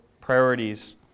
priorities